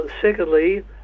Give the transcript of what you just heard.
Secondly